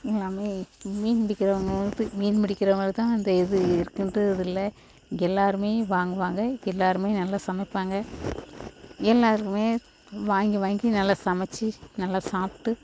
எல்லாமே மீன் பிடிக்கிறவங்களுக்கு மீன் பிடிக்கிறவங்களுக்கு தான் அந்த இது இருக்குதுன்ட்டு இதில்ல எல்லோருமே வாங்குவாங்க எல்லோருமே நல்லா சமைப்பாங்க எல்லோருமே வாங்கி வாங்கி நல்லா சமைச்சு நல்லா சாப்பிட்டு